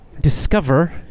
discover